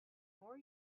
more